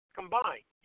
combined